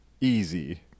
Easy